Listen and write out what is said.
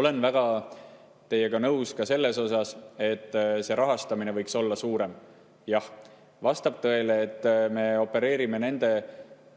Olen väga teiega nõus ka selles, et rahastamine võiks olla suurem. Jah, vastab tõele, et me opereerime